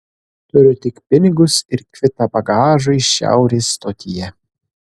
turiu tik pinigus ir kvitą bagažui šiaurės stotyje